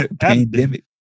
pandemic